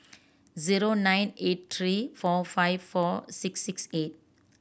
zero nine eight three four five four six six eight